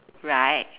right